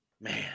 Man